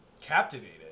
captivated